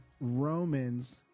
Romans